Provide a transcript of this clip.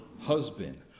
husband